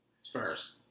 Spurs